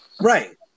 Right